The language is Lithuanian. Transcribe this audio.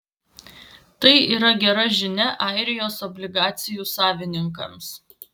tai yra gera žinia airijos obligacijų savininkams